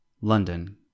London